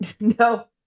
No